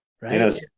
right